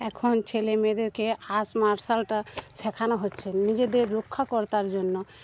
এখন ছেলেমেয়েদেরকে আর্টস মার্শালটা শেখানো হচ্ছে নিজেদের রক্ষাকর্তার জন্য